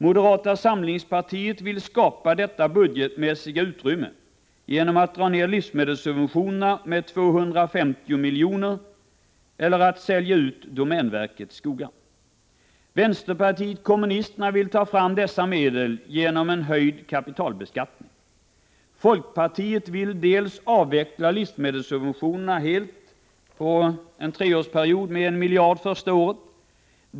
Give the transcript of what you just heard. Moderata samlingspartiet vill skapa detta budgetmässiga utrymme genom att dra ner livsmedelssubventionerna med 250 miljoner, alternativt sälja ut domänverkets skogar. Vänsterpartiet kommunisterna vill ta fram dessa medel genom en höjd kapitalbeskattning. Folkpartiet vill avveckla livsmedelssubventionerna helt på tre år med 1 miljard kronor första året.